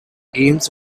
games